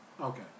Okay